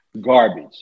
Garbage